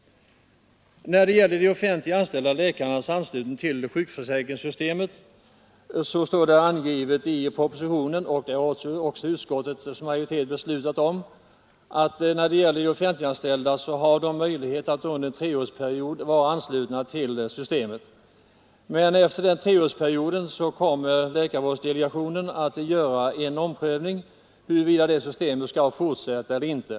ein När det gäller de offentligt anställda läkarnas anslutning till sjukför Ersättningsregler för säkringssystemet står det angivet i propositionen, vilket också utskottsläkarvård hos privatpraktiserande läkare majoriteten har tillstyrkt, att de har möjlighet att under en treårsperiod vara anslutna till systemet. Efter denna treårsperiod kommer läkarvårds 2. m. delegationen att göra en omprövning av frågan huruvida systemet skall fortsätta eller inte.